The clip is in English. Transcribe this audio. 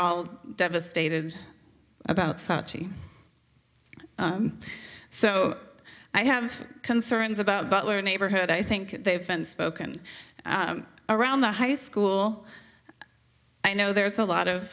all devastated about so i have concerns about butler neighborhood i think they've been spoken around the high school i know there's a lot of